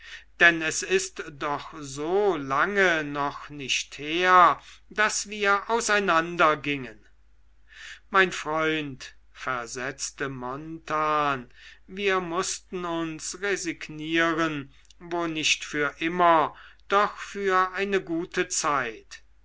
denn es ist doch so lange noch nicht her daß wir auseinandergingen mein freund versetzte jarno wir mußten uns resignieren wo nicht für immer doch für eine gute zeit